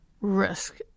risk